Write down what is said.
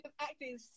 acting